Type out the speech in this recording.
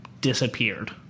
disappeared